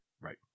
Right